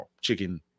chicken